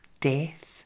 death